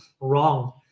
wrong